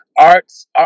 arts